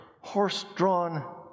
horse-drawn